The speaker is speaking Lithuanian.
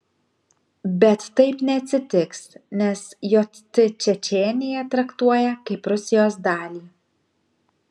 bet taip neatsitiks nes jt čečėniją traktuoja kaip rusijos dalį